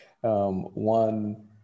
one